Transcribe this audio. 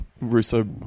Russo